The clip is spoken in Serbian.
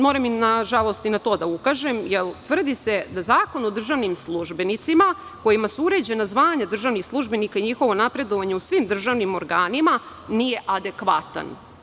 Moram nažalost i na to da ukažem, jer tvrdi se da Zakon o državnim službenicima, kojima su uređena zvanja državnih službenika i njihovo napredovanje u svim državnim organima nije adekvatno.